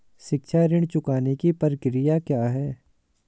शिक्षा ऋण चुकाने की प्रक्रिया क्या है?